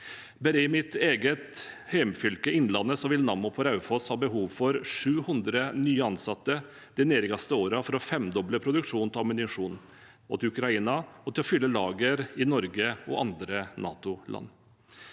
Bare i mitt eget hjemfylke, Innlandet, vil Nammo på Raufoss ha behov for 700 nye ansatte de nærmeste årene for å femdoble produksjonen av ammunisjon til Ukraina og fylle lager i Norge og andre NATO-land.